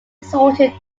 resorted